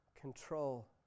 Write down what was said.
control